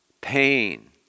pain